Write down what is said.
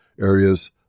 Areas